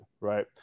right